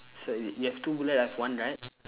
so you you have two bullet I have one right